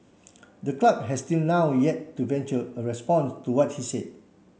the club has till now yet to venture a response to what he said